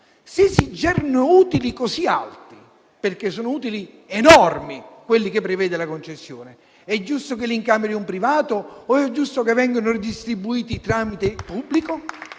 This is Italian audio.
se si generano utili così elevati - perché sono utili enormi quelli previsti dalla concessione - è giusto che li incameri un privato o è giusto che vengano redistribuiti tramite il pubblico?